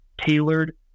tailored